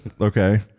okay